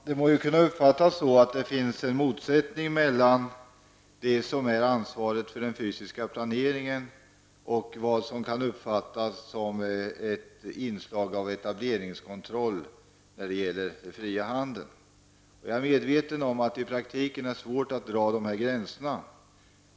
Herr talman! Det kan väl sägas att det finns en motsättning mellan ansvaret för den fysiska planeringen och det som kan uppfattas som inslag av etableringskontroll av den fria handeln. Jag är medveten om att det i praktiken är svårt att dra dessa gränser.